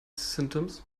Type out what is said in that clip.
symptoms